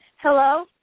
Hello